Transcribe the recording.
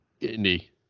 Indy